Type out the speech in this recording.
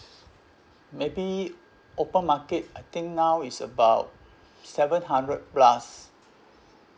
maybe open market I think now is about seven hundred plus